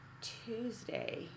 Tuesday